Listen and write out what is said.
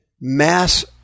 mass